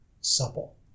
supple